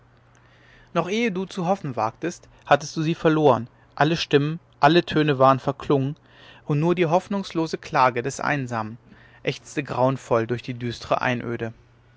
noch ehe du zu hoffen wagtest hattest du sie verloren alle stimmen alle töne waren verklungen und nur die hoffnungslose klage des einsamen ächzte grauenvoll durch die düstre einöde